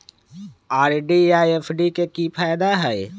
RD आ FD के कि फायदा हई?